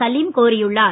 சலீம் கோரியுள்ளார்